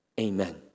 Amen